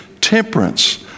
temperance